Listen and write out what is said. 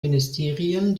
ministerien